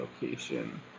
location